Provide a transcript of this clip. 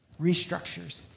restructures